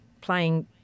playing